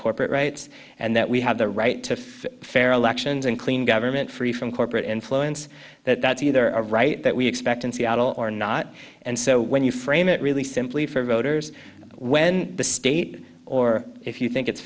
corporate rights and that we have the right to if fair elections and clean government free from corporate influence that that's either a right that we expect in seattle or not and so when you frame it really simply for voters when the state or if you think it's